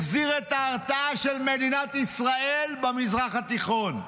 החזיר את ההרתעה של מדינת ישראל במזרח התיכון.